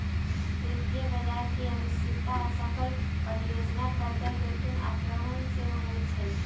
वित्तीय बजार की अनिश्चितता, असफल परियोजना, कर्जा जोखिम आक्रमण से होइ छइ